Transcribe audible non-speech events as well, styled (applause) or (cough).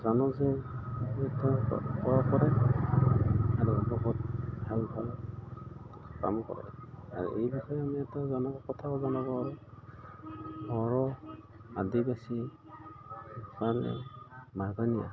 জানোঁ যে (unintelligible) কৰে আৰু বহুত ভাল ভাল কাম কৰে আৰু এই বিষয়ে আমি এটা ডাঙৰ কথা জনাব পাৰোঁ বড়ো আদিবাসী নেপালী বাগানীয়া